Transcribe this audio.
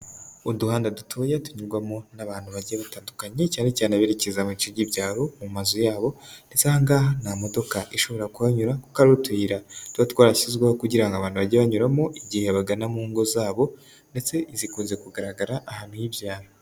Uduhanda dutuye tunyurwamo n'abantu bagiye batandukanye cyane cyane berekeza mu bice by'ibyaro mu mazu yabo ndetse aha ngaha nta modoka ishobora kuhanyura kuko ari utuyira tuba twarasizweho kugira ngo abantu bajyanyuramo igihe bagana mu ngo zabo ndetse zikunze kugaragara ahantu h'ibyaro.